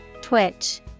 Twitch